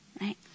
right